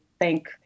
thank